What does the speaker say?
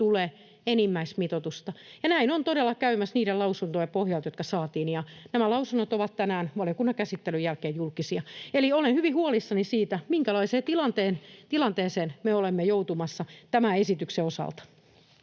tule enimmäismitoitusta. Näin on todella käymässä niiden lausuntojen pohjalta, jotka saatiin, ja nämä lausunnot ovat tänään valiokunnan käsittelyn jälkeen julkisia. Eli olen hyvin huolissani, minkälaiseen tilanteeseen me olemme joutumassa tämän esityksen osalta.